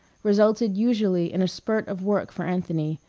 resulted usually in a spurt of work for anthony,